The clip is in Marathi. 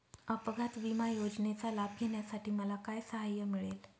अपघात विमा योजनेचा लाभ घेण्यासाठी मला काय सहाय्य मिळेल?